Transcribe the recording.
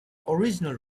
original